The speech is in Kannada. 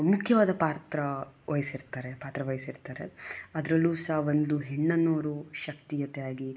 ಮುಖ್ಯವಾದ ಪಾತ್ರ ವಹಿಸಿರ್ತಾರೆ ಪಾತ್ರ ವಹಿಸಿರ್ತಾರೆ ಅದರಲ್ಲೂ ಸಹ ಒಂದು ಹೆಣ್ಣನ್ನು ಅವರು ಶಕ್ತಿಯುತವಾಗಿ